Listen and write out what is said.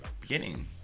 beginning